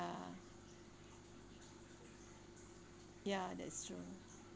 ya ya that's true